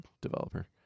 developer